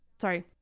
Sorry